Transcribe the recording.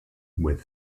with